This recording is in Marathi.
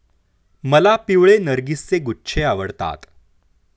मला पिवळे नर्गिसचे गुच्छे आवडतात